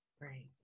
right